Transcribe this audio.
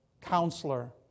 Counselor